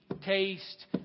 taste